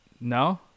No